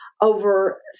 over